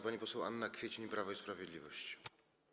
Pani poseł Anna Kwiecień, Prawo i Sprawiedliwość.